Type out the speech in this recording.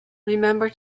remember